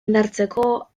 indartzeko